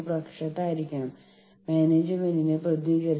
അവർക്ക് സംഘടനയ്ക്കെതിരെ പോകാം